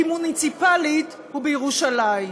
כי מוניציפלית הוא בירושלים.